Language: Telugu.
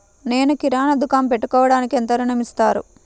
నేను కిరాణా దుకాణం పెట్టుకోడానికి ఎంత ఋణం ఇస్తారు?